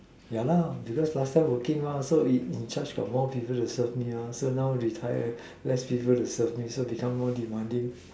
yeah because last time working so in charge got people to serve me so now retired less people to serve me so become more demanding